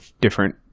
different